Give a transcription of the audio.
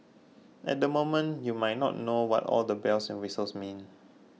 at the moment you might not know what all the bells and whistles mean